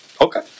Okay